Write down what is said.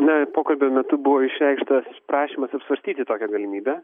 na ir pokalbio metu buvo išreikštas prašymas apsvarstyti tokią galimybę